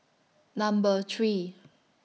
Number three